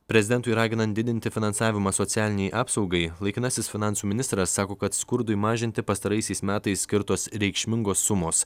prezidentui raginant didinti finansavimą socialinei apsaugai laikinasis finansų ministras sako kad skurdui mažinti pastaraisiais metais skirtos reikšmingos sumos